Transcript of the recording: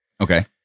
Okay